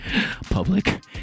public